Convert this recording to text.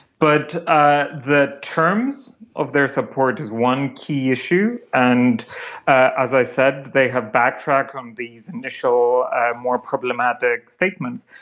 but ah the terms of their support is one key issue. and as i said, they have backtracked on these initial more problematic statements.